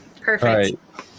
Perfect